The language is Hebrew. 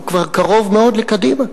הוא כבר קרוב מאוד לקדימה.